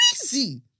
crazy